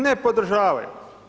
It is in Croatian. Ne podržavaju.